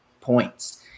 points